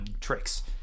tricks